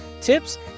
tips